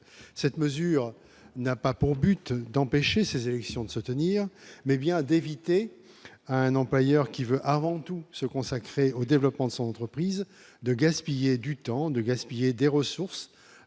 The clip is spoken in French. cette mesure n'a pas pour but d'empêcher ces élections de se tenir mais bien d'éviter un employeur qui veut avant tout se consacrer au développement de son entreprise de gaspiller du temps de gaspiller des ressources